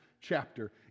chapter